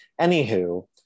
Anywho